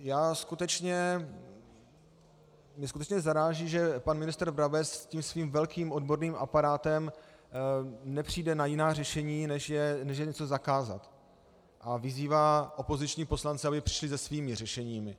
Mě skutečně zaráží, že pan ministr Brabec s tím svým velkým odborným aparátem nepřijde na jiná řešení, než je něco zakázat, a vyzývá opoziční poslance, aby přišli se svými řešeními.